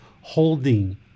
holding